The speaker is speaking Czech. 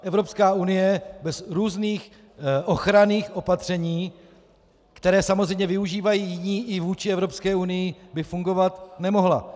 Evropská unie bez různých ochranných opatření, která samozřejmě využívají i jiní i vůči Evropské unii, by fungovat nemohla.